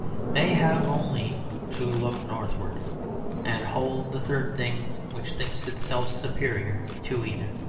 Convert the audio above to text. they have only to look northward and hold the third thing, which thinks itself superior to either